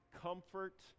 comfort